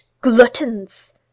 gluttons